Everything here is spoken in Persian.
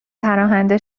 پناهنده